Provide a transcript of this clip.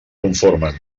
conformen